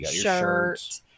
shirt